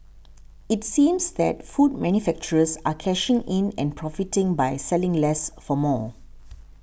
it seems that food manufacturers are cashing in and profiting by selling less for more